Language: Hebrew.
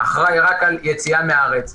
שנמצאים בפתח-תקוה יוצאים לחופשה בפסח,